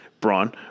Braun